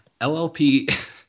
LLP